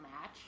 match